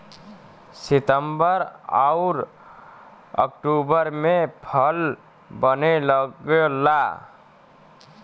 सितंबर आउर अक्टूबर में फल बने लगला